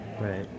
Right